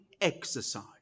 exercise